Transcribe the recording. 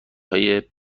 های